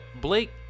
Blake